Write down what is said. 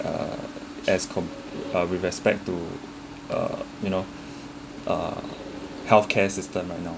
uh as comp~ uh we respect to uh you know uh healthcare system right now